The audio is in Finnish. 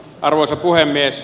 arvoisa puhemies